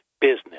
business